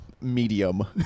medium